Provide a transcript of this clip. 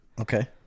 Okay